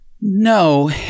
No